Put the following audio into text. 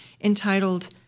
entitled